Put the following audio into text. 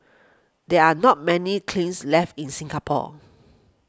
there are not many cleans left in Singapore